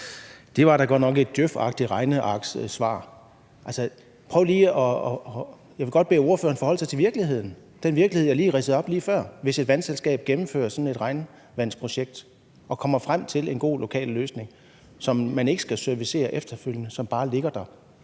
Det var da godt nok et djøfagtigt regnearkssvar. Altså, jeg vil godt bede ordføreren forholde sig til virkeligheden, den virkelighed, jeg ridsede op lige før, altså hvis et vandselskab gennemfører sådan et regnvandsprojekt og kommer frem til en god lokal løsning, som man ikke skal servicere efterfølgende, og som bare ligger der